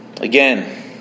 Again